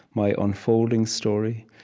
my unfolding story,